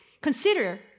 consider